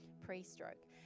pre-stroke